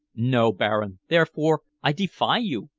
no, baron. therefore i defy you,